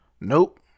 nope